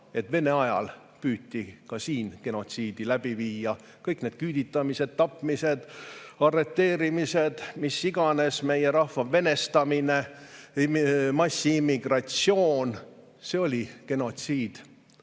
et vene ajal püüti ka siin genotsiidi läbi viia. Kõik need küüditamised, tapmised, arreteerimised, mis iganes, meie rahva venestamine, massiimmigratsioon – see oli genotsiid.